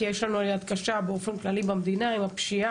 כי יש לנו עלייה קשה באופן כללי במדינה בפשיעה,